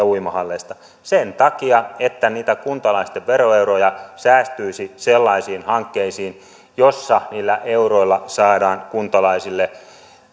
uimahalleista sen takia että niitä kuntalaisten veroeuroja säästyisi sellaisiin hankkeisiin joissa niillä euroilla saadaan kuntalaisille